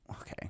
Okay